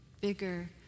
bigger